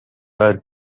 her